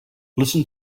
listen